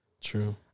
True